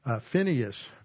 Phineas